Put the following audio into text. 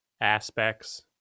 aspects